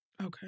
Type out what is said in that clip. Okay